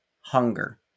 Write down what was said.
hunger